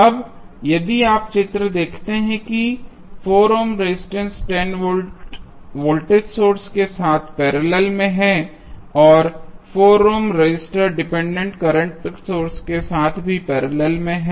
अब यदि आप यह चित्र देखते हैं कि 4 ohm resistor 10 volt voltage source के साथ पैरेलल में है और 4 ohm resistor dependent current source के साथ भी पैरेलल है